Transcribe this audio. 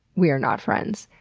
we are not friends.